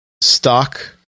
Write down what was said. stock